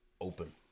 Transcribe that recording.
open